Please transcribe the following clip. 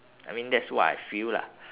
I mean that's what I feel lah